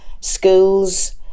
schools